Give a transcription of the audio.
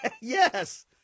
Yes